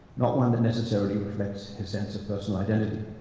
not one that necessarily reflects his sense of personal identity.